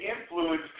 influence